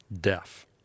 deaf